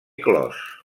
clos